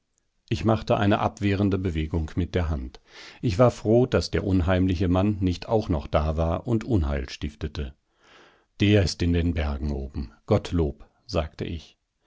ich machte eine abwehrende bewegung mit der hand ich war froh daß der unheimliche mann nicht auch noch da war und unheil stiftete der ist in den bergen oben gottlob sagte ich